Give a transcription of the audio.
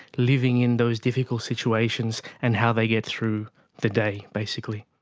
living in those difficult situations and how they get through the day basically.